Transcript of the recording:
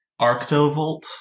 Arctovolt